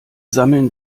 sammeln